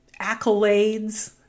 accolades